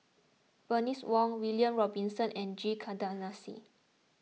Bernice Wong William Robinson and G Kandasamy